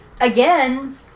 Again